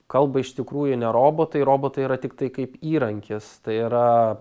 kalba iš tikrųjų ne robotai robotai yra tiktai kaip įrankis tai yra